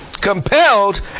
compelled